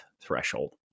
threshold